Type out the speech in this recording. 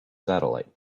satellite